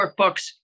workbooks